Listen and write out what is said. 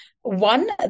one